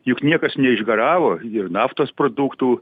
juk niekas neišgaravo ir naftos produktų